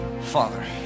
Father